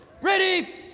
Ready